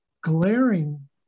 glaring